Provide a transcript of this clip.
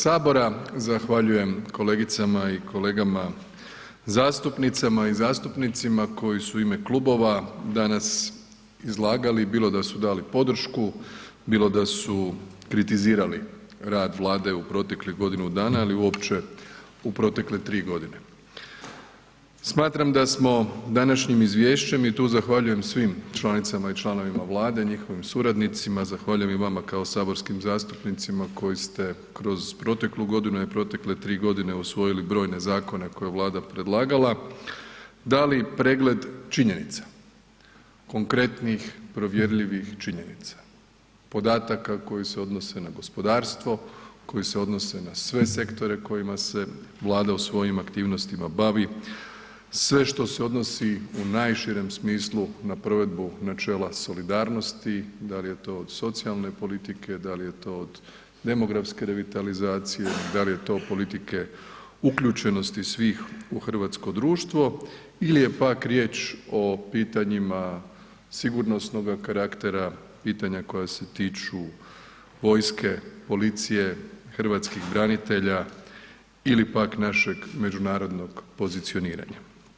Zahvaljujem kolegicama i kolegama zastupnicama i zastupnicima koji su u ime klubova danas izlagali bilo da su dali podršku, bilo da su kritizirali rad Vlade u proteklih godinu dana ili uopće u protekle 3.g. Smatram da smo današnjim izvješćem i tu zahvaljujem svim članicama i članovima Vlade i njihovim suradnicima, zahvaljujem i vama kao saborskim zastupnicima koji ste kroz proteklu godinu i protekle 3.g. usvojili brojne zakone koje je Vlada predlagala, dali pregled činjenica, konkretnih, provjerljivih činjenica, podataka koji se odnose na gospodarstvo, koji se odnose na sve sektore kojima se Vlada u svojim aktivnostima bavi, sve što se odnosi u najširem smislu na provedbu načela solidarnosti, dal je to od socijalne politike, dal je to od demografske revitalizacije, dal je to od politike uključenosti svih u hrvatsko društvo il je pak riječ o pitanjima sigurnosnoga karaktera, pitanja koja se tiču vojske, policije, hrvatskih branitelja ili pak našeg međunarodnog pozicioniranja.